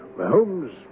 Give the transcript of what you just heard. Holmes